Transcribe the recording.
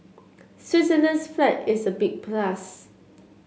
Switzerland's flag is a big plus